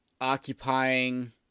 occupying